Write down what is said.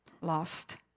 lost